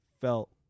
felt